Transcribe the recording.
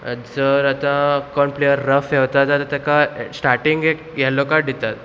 जर आतां कोण प्लेयर रफ येवता जाल्या ताका स्टार्टींग एक येल्लो कार्ड दितात